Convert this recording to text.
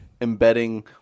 embedding